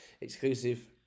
exclusive